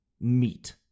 meat